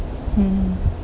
mm